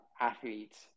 athletes